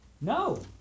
no